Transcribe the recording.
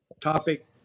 topic